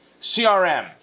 CRM